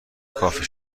کافی